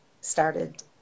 started